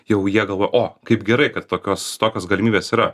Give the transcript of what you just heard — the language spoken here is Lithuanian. jau jie galvoja o kaip gerai kad tokios tokios galimybės yra